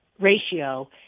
ratio